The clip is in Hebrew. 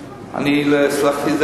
אני לא הצלחתי.